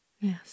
Yes